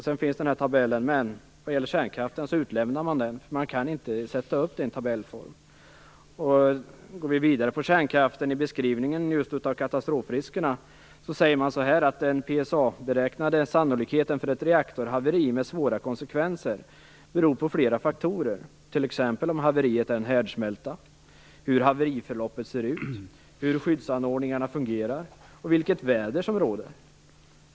Sedan följer tabellen, men man har utelämnat kärnkraften, eftersom man inte kan sätta upp detta i tabellform. Om vi går vidare i beskrivningen av kärnkraftens katastrofrisker kan man läsa: "Den PSA-beräknade sannolikheten för ett reaktorhaveri med svåra konsekvenser beror på flera faktorer, t.ex. om haveriet är en härdsmälta, hur haveriförloppet ser ut, hur skyddsanordningarna fungerar och vilket väder som råder.